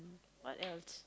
what else